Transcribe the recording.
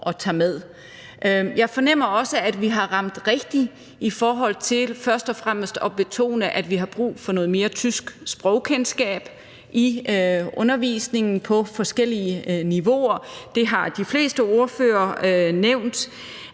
Jeg fornemmer også, at vi har ramt rigtigt i forhold til først og fremmest at betone, at vi har brug for noget mere tysk sprogkendskab i undervisningen på forskellige niveauer – det har de fleste ordførere nævnt